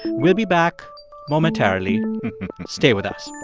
we'll be back momentarily stay with us